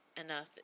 enough